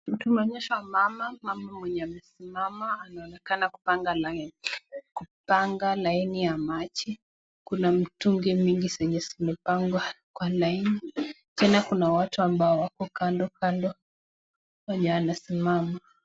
Tumeonyeshwa mama, Mama mwenye amesimama anaonekana kupanga laini ya maji, Kuna mitungi mingi zenye zimepangwa kwa laini tena kuna watu ambao wako kando kando wenye wanasimama.